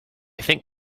think